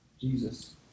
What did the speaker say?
Jesus